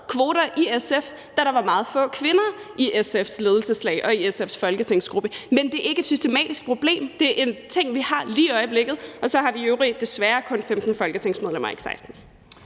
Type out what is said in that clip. kvoter i SF, da der var meget få kvinder i SF's ledelseslag og i SF's folketingsgruppe. Men det er ikke et systematisk problem. Det er en ting, vi har lige i øjeblikket. Og så har vi i øvrigt desværre kun 15 folketingsmedlemmer, ikke 16.